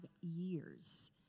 years